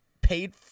paid